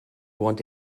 want